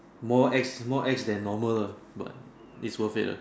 more ex more ex than normal uh but it's worth it lah